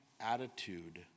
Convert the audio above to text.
attitude